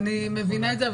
אני מבינה את זה,